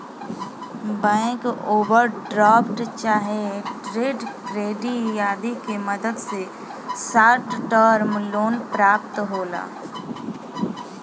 bank overdraft चाहे trade credit आदि के मदद से शॉर्ट टर्म लोन प्राप्त होला